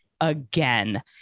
again